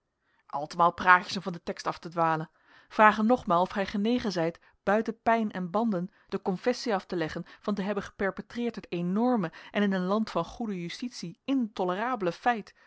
altemaal praatjes om van den tekst af te dwalen vrage nogmaal of gij genegen zijt buiten pijn en banden de confessie af te leggen van te hebben geperpetreerd het enorme en in een land van goede justitie intolerabele feit